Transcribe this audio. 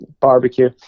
barbecue